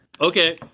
okay